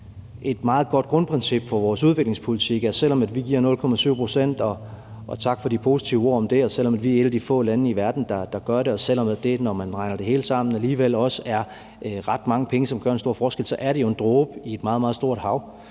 et meget godt grundprincip for vores udviklingspolitik, at selv om vi giver 0,7 pct. – og tak for de positive ord om det – og selv om vi er et af de få lande i verden, der gør det, og selv om det, når man regner det hele sammen, alligevel også er ret mange penge, som gør en stor forskel, så er det jo en dråbe i et meget, meget stort hav.